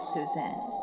Suzanne